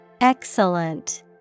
Excellent